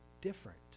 different